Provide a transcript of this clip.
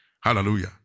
Hallelujah